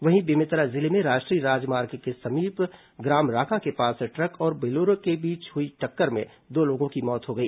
वहीं बेमेतरा जिले में राष्ट्रीय राजमार्ग के समीप ग्राम राका के पास ट्रक और बोलेरो के बीच हुई टक्कर में दो लोगों की मौत हो गई